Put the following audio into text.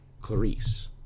Clarice